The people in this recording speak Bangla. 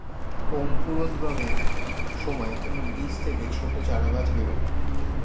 অঙ্কুরোদ্গমের সময় কোন বীজ থেকে ছোট চারাগাছ বেরোয়